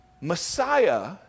Messiah